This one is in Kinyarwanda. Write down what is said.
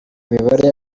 mibare